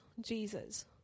Jesus